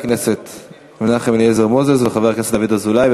של חברי הכנסת מנחם אליעזר מוזס וחבר הכנסת דוד אזולאי.